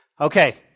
Okay